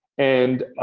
and